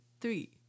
three